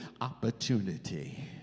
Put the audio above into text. opportunity